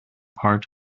part